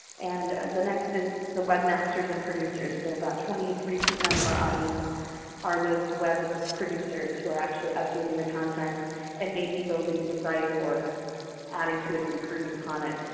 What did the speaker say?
and the next is the webmasters and producers so about twenty three percent of our audience are those web producers who are actually updating the content and maybe building the site or adding to it and improving upon it.